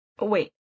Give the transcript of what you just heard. Wait